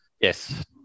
Yes